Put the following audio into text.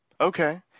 Okay